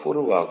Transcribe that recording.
உருவாகும்